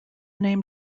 name